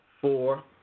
four